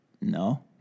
No